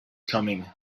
coming